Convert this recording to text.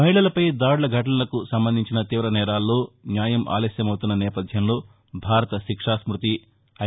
మహిళలపై దాడుల ఘటనలకు సంబంధించిన తీవ నేరాల్లో న్యాయం ఆలస్యం అవుతున్న నేపథ్యంలో భారత శిక్షా స్భృతి ఐ